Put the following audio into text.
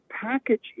package